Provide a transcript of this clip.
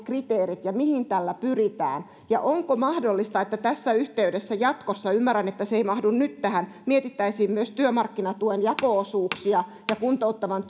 kriteerit ja mihin tällä pyritään ja onko mahdollista että tässä yhteydessä jatkossa ymmärrän että se ei mahdu nyt tähän mietittäisiin myös työmarkkinatuen jako osuuksia ja kuntouttavan